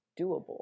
doable